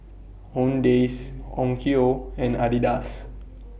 Owndays Onkyo and Adidas